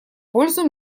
пользу